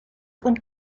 und